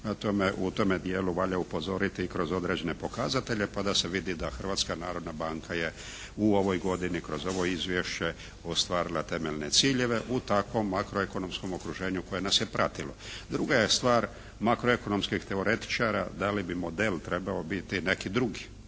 u tome dijelu valja upozoriti i kroz određene pokazatelje pa da se vidi da Hrvatska narodna banka je u ovoj godini kroz ovo izvješće ostvarila temeljne ciljeve u takvoj makroekonomskom okruženju koje nas je pratilo. Druga je stvar makroekonomskih teoretičara da li bi model trebao biti neki drugi,